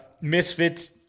Misfits